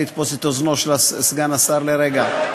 לתפוס את אוזנו של סגן השר לרגע?